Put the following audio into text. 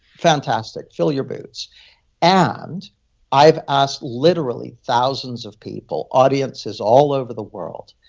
fantastic. fill your boots and i've asked literally thousands of people, audiences all over the world,